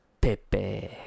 Pepe